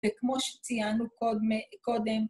וכמו שציינו קודם